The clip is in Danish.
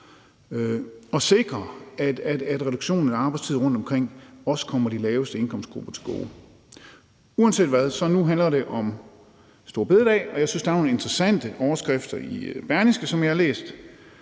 og sikre, at reduktionen af arbejdstid rundtomkring også kommer de laveste indkomstgrupper til gode. Uanset hvad handler det nu om store bededag, og jeg synes, at der er nogle interessante overskrifter i Berlingske, som jeg har læst.